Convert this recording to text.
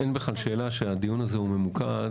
אין בכלל שאלה שהדיון הזה הוא ממוקד,